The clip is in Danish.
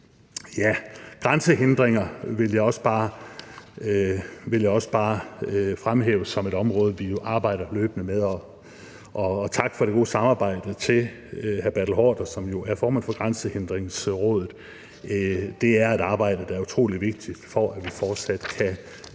Grænsehindringer vil jeg også bare fremhæve som et område, vi arbejder løbende med. Og tak for det gode samarbejde til hr. Bertel Haarder, som jo er formand for Grænsehindringsrådet. Det er et arbejde, som er utrolig vigtigt, for at vi fortsat kan